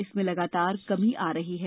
इसमें लगातार कमी आ रही है